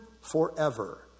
forever